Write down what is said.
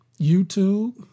YouTube